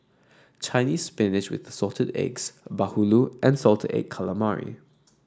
Chinese Spinach with Assorted Eggs bahulu and Salted Egg Calamari